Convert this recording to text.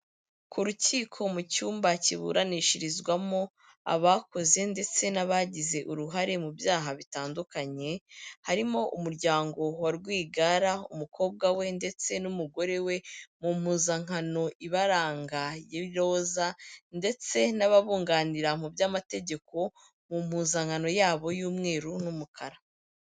Ku rukiko mu cyumba kiburanishirizwamo abakoze ndetse n'abagize uruhare mu byaha bitandukanye. Harimo umuryango wa Rwigara, umukobwa we, ndetse n'umugore we mu mpuzankano ibaranga y'iroza, ndetse n'ababunganira mu by'amategeko mu mpuzankano yabo y'umweru n'umukara.